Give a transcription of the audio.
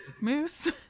moose